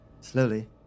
Slowly